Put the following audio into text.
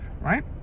right